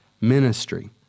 ministry